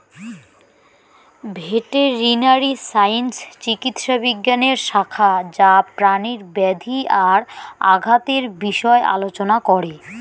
veterinary science চিকিৎসা বিজ্ঞানের শাখা যা প্রাণীর ব্যাধি আর আঘাতের বিষয় আলোচনা করে